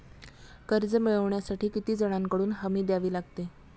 कर्ज मिळवण्यासाठी किती जणांकडून हमी द्यावी लागते?